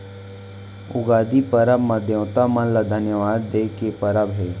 उगादी परब ह देवता मन ल धन्यवाद दे के परब हे